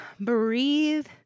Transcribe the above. breathe